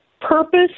purpose